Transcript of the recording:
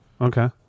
okay